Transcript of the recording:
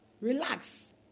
Relax